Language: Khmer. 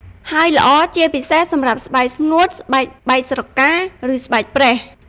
ហើយល្អជាពិសេសសម្រាប់ស្បែកស្ងួត ស្បែកបែកស្រកា ឬស្បែកប្រេះ។